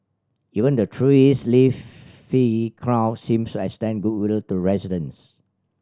even the tree's leafy crown seems extend goodwill to residents